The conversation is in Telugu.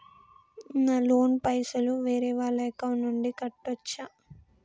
నా లోన్ పైసలు వేరే వాళ్ల అకౌంట్ నుండి కట్టచ్చా?